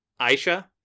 Aisha